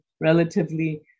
relatively